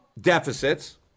deficits